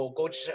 coach